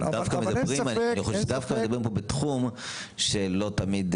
אני חושב שדווקא מדברים פה בתחום שלא תמיד,